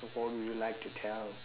what would you like to tell